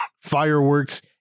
fireworks